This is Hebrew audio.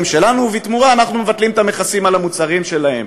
שלנו ובתמורה אנחנו מבטלים את המכסים על המוצרים שלהם.